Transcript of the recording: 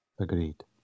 agreed